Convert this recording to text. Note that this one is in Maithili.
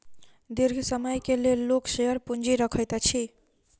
दीर्घ समय के लेल लोक शेयर पूंजी रखैत अछि